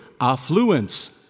Affluence